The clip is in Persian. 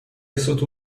ستوه